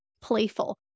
playful